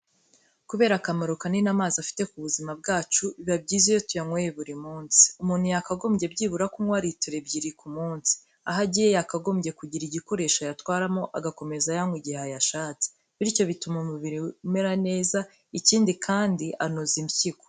Kubera akamaro kanini amazi afite ku buzima bwacu, biba byiza iyo tuyanyweye buri munsi. Umuntu yakagombye byibura kunywa litiro ebyiri ku munsi. Aho agiye yakagombye kugira igikoresho ayatwaramo agakomeza ayanywa igihe ayashatse. Bityo bituma umubiri umera neza, ikindi kandi anoza impyiko.